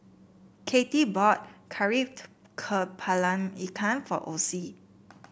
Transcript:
Katie bought kari kepala ikan for Ossie